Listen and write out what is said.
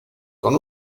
con